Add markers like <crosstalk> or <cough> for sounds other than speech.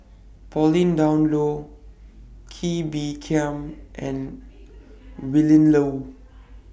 Pauline Dawn Loh Kee Bee Khim and <noise> Willin Low